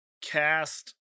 cast